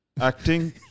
acting